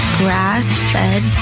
grass-fed